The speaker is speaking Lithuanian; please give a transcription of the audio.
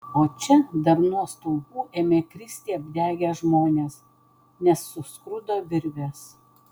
o čia dar nuo stulpų ėmė kristi apdegę žmonės nes suskrudo virvės